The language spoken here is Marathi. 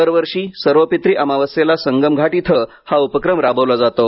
दरवर्षी सर्वपित्री अमावस्येला संगम घाट इथ हा उपक्रम राबवला जातो